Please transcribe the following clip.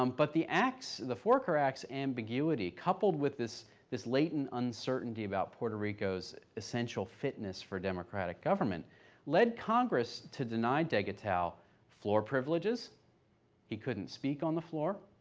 um but the act's, the foraker act's ambiguity coupled with this this latent uncertainty about puerto rico's essential fitness for democratic government led congress to deny degetau floor privileges he couldn't speak on the floor,